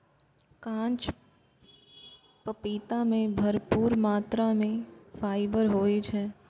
कांच पपीता मे भरपूर मात्रा मे फाइबर होइ छै